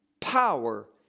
power